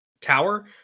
tower